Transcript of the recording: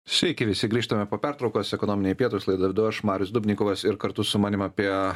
sveiki visi grįžtame po pertraukos ekonominiai pietūs laidą vedu aš marius dubnikovas ir kartu su manim apie